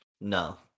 No